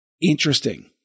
Interesting